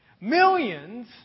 Millions